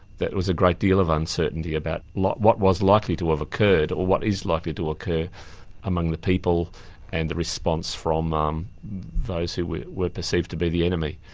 that was a great deal of uncertainty about what was likely to have occurred or what is likely to occur among the people and the response from um those who were were perceived to be the enemy.